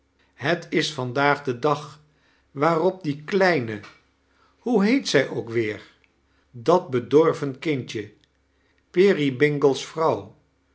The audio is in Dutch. het is vandaag de dag waarop die kledne hoe heet zij ook weer dat bedorven kindje peerybingle's vrouw